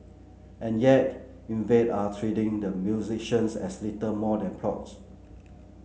and yet Invade are treating the musicians as little more than props